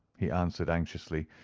he answered anxiously,